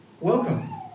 Welcome